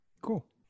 Cool